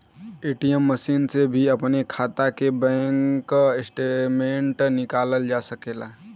ATM machine से भी अपने खाता के बैंक स्टेटमेंट निकालल जा सकेला